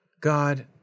God